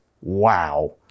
Wow